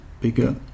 bigger